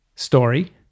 Story